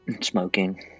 smoking